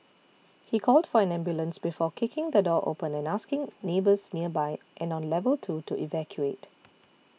he called for an ambulance before kicking the door open and asking neighbours nearby and on level two to evacuate